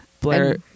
Blair